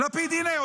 הינה,